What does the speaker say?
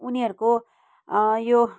उनीहरूको यो